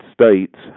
States